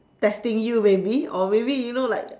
testing you maybe or maybe you know like